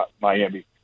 Miami